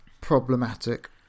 problematic